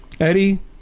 Eddie